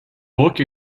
book